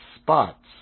spots